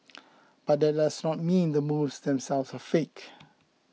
but that mean the moves themselves are fake